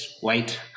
white